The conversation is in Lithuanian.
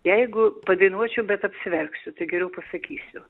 jeigu padainuočiau bet apsiverksiu tai geriau pasakysiu